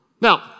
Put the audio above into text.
Now